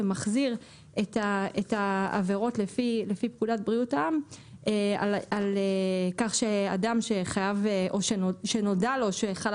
ומחזיר את העבירות לפי פקודת בריאות העם כך שאדם שנודע לו שחלה